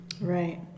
Right